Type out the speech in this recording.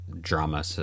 drama